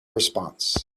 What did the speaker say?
response